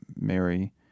mary